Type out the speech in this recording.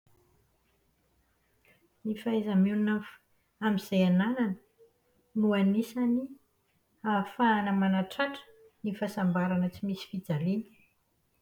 Ny fahaiza-mionona amin'ny f- amin'izay ananana no anisany ahafahana manatratra ny fahasambarana tsy misy fijaliana.